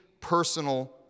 personal